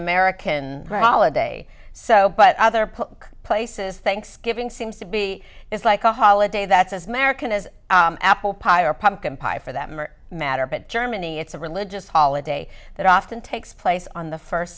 american rolla day so but other put places thanksgiving seems to be is like a holiday that's as american as apple pie or pumpkin pie for that matter but germany it's a religious holiday that often takes place on the first